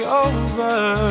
over